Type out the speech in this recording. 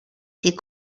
ses